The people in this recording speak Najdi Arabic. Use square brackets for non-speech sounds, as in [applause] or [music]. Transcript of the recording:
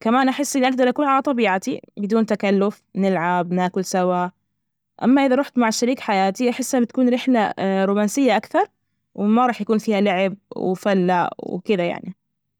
كمان أحس إني أجدر أكون على طبيعتي بدون تكلف نلعب ناكل سوا، أما إذا رحت مع شريك حياتي أحسها بتكون رحلة [hesitation] رومانسية أكثر، وما راح يكون فيها لعب وفلا وكده يعني.